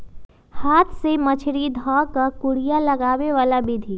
हाथ से मछरी ध कऽ कुरिया लगाबे बला विधि